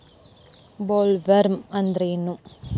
Bollworm ಅಂದ್ರೇನು?